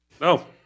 No